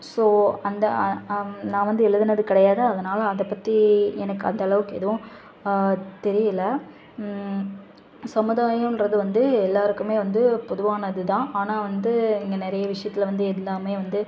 so அந்த நான் வந்து எழுதுனது கிடையாது அதனால் அதை பற்றி எனக்கு அந்தளவுக்கும் எதுவும் தெரியலை சமுதாயம்ன்றது வந்து எல்லாருக்குமே வந்து பொதுவானது தான் ஆனால் வந்து இங்கே நிறைய விஷயத்துல வந்து எல்லாருமே வந்து